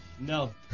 No